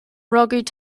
rugadh